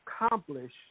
accomplish